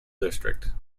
district